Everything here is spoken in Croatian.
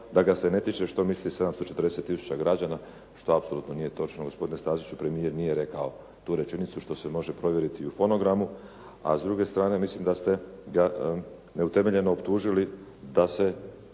da ga se ne tiče što misli 740 tisuća građana što apsolutno nije točno gospodine Staziću. Premijer nije rekao tu rečenicu što se može provjeriti i u fonogramu, a s druge strane mislim da ste ga neutemeljeno optužili da se